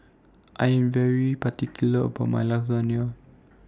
I Am particular about My Lasagna